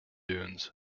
dunes